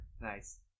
Nice